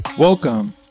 Welcome